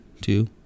two